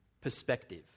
perspective